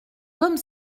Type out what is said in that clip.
comme